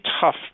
tough